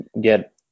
get